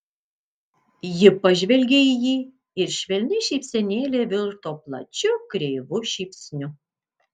ji pažvelgė į jį ir švelni šypsenėlė virto plačiu kreivu šypsniu